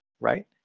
right